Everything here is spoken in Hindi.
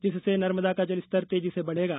जिससे नर्मदा का जलस्तर तेजी से बढ़ेगा